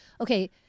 okay